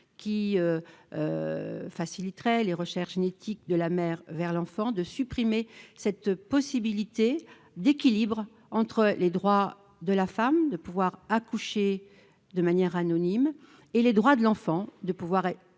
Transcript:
à faciliter les recherches génétiques de la mère vers l'enfant, de revenir sur cet équilibre entre le droit des femmes de pouvoir accoucher de manière anonyme et le droit de l'enfant de pouvoir